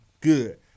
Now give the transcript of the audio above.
good